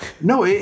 no